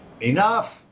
enough